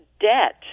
debt